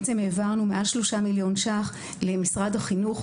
של מעל שלושה מיליון ש"ח למשרד החינוך,